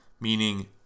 meaning